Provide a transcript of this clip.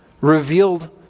revealed